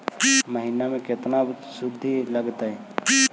महिना में केतना शुद्ध लगतै?